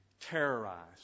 terrorized